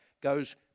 goes